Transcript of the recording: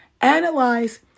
analyze